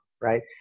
right